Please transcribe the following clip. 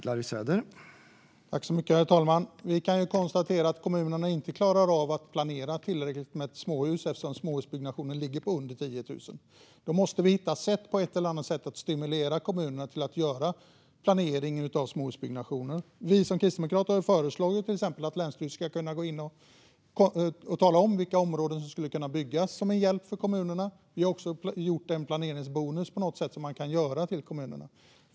Herr talman! Vi kan ju konstatera att kommunerna inte klarar av att planera tillräckligt med småhus eftersom småhusbyggnationen ligger på under 10 000. Då måste vi hitta sätt att stimulera kommunerna att göra planering av småhusbyggnation. Vi kristdemokrater har till exempel föreslagit att länsstyrelsen ska kunna gå in och tala om vilka områden som skulle kunna bebyggas som en hjälp för kommunerna. Vi har också föreslagit en planeringsbonus till kommunerna.